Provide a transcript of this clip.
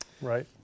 right